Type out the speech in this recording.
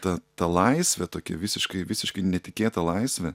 ta ta laisvė tokia visiškai visiškai netikėta laisvė